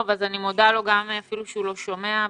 אני מודה לרפיק, אפילו שהוא לא שומע.